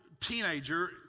teenager